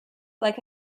like